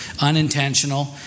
unintentional